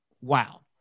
Wow